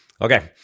Okay